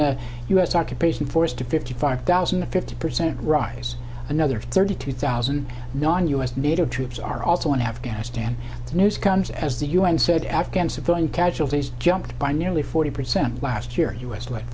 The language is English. the us occupation force to fifty five thousand to fifty percent rise another thirty two thousand non u s nato troops are also in afghanistan the news comes as the un said afghan civilian casualties jumped by nearly forty percent last year u s led